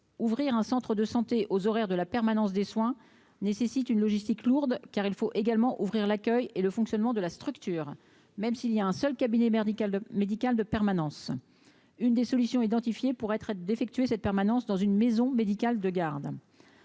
ouvrir un centre de santé aux horaires de la permanence des soins nécessite une logistique lourde car il faut également ouvrir l'accueil et le fonctionnement de la structure, même s'il y a un seul cabinet merdique médical de permanence, une des solutions identifiées pour être aide-d'effectuer cette permanence dans une maison médicale de garde,